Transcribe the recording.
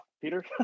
Peter